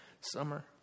summer